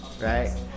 Right